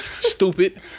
Stupid